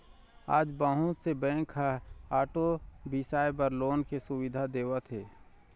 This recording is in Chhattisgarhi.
आज बहुत से बेंक ह आटो बिसाए बर लोन के सुबिधा देवत हे